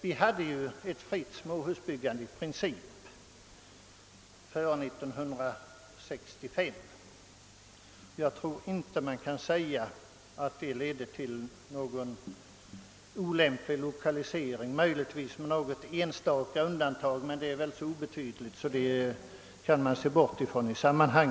Vi hade före 1965 ett fritt småhusbyggande i princip, och jag tror inte man kan säga att detta ledde till en olämplig lokalisering, möjligtvis med något enstaka undantag som är så obetydligt att vi kan bortse därifrån.